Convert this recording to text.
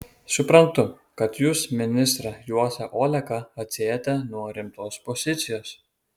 suprantu kad jūs ministrą juozą oleką atsiejate nuo rimtos pozicijos